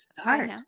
start